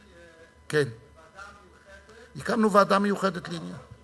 אדוני, ועדה מיוחדת, הקמנו ועדה מיוחדת לעניין,